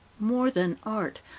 more than art,